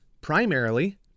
primarily